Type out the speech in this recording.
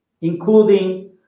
including